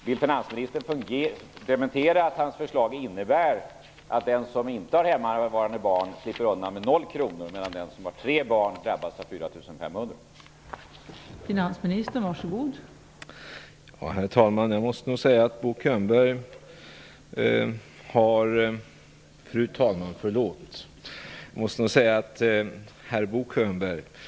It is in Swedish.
Vill finansministern dementera att hans förslag innebär att den som inte har hemmavarande barn slipper undan med noll kronor, medan den som har tre barn drabbas av av en skattehöjning på 4 500 kronor?